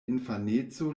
infaneco